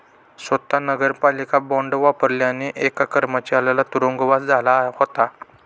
स्वत नगरपालिका बॉंड वापरल्याने एका कर्मचाऱ्याला तुरुंगवास झाला होता